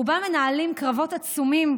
רובם מנהלים קרבות עצומים,